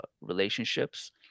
relationships